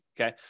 Okay